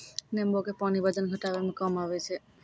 नेंबू के पानी वजन घटाबै मे काम आबै छै